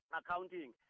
accounting